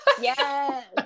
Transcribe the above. Yes